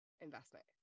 investment